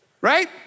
Right